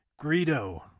Greedo